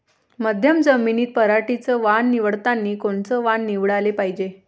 मध्यम जमीनीत पराटीचं वान निवडतानी कोनचं वान निवडाले पायजे?